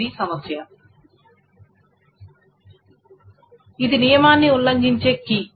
ఇది ఒక సమస్య ఇది నియమాన్ని ఉల్లంఘించే కీ